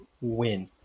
win